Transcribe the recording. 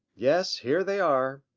yes, here they are.